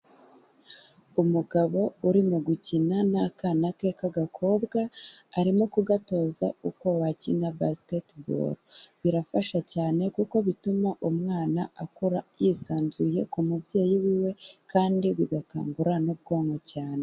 Umugabo urimo gukina n'akana ke k'agakobwa, arimo kugatoza uko bakina basketball. Birafasha cyane kuko bituma umwana akura yisanzuye ku mubyeyi wiwe, kandi bigakangura n'ubwonko cyane.